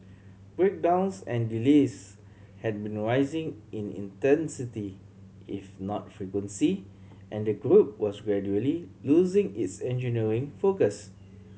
breakdowns and delays had been rising in intensity if not frequency and the group was gradually losing its engineering focus